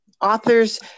authors